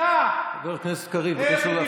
--- חבר הכנסת קריב, בבקשה לא להפריע.